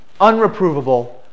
unreprovable